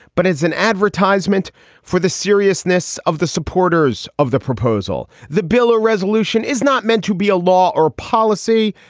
but as an advertisment for the seriousness of the supporters of the proposal. the bill or resolution is not meant to be a law or policy.